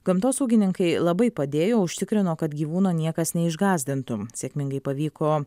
gamtosaugininkai labai padėjo užtikrino kad gyvūno niekas neišgąsdintų sėkmingai pavyko